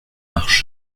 marches